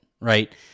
right